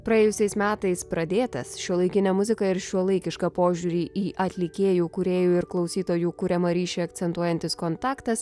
praėjusiais metais pradėtas šiuolaikinę muziką ir šiuolaikišką požiūrį į atlikėjų kūrėjų ir klausytojų kuriamą ryšį akcentuojantis kontaktas